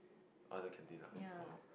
other canteen ah oh